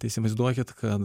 tai įsivaizduokit kad